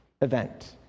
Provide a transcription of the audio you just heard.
event